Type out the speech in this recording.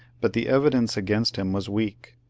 but the evidence against him was weak,